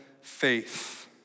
faith